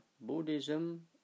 Buddhism